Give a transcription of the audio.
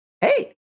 hey